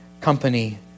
company